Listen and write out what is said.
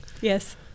Yes